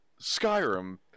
Skyrim